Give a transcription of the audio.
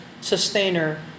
sustainer